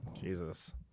Jesus